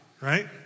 right